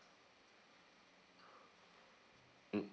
mm